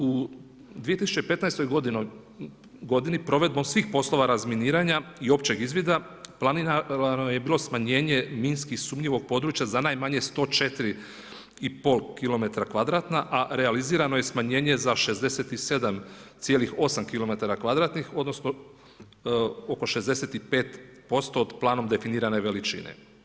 U 2015. godini provedbom svih poslova razminiranja i općeg izvida, planirano je bilo smanjenje minski sumnjivog područja za najmanje 104,5 kilometra kvadratna, a realizirano je smanjenje za 67,8 kilometara kvadratnih, odnosno oko 65% od planom definirane veličine.